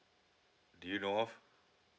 do you know of